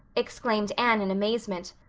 exclaimed anne in amazement.